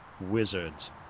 wizards